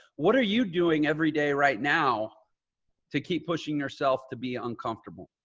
what are you doing everyday right now to keep pushing yourself to be uncomfortable?